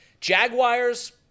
Jaguars